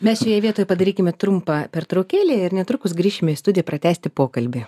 mes šioje vietoje padarykime trumpą pertraukėlę ir netrukus grįšime į studiją pratęsti pokalbį